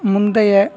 முந்தைய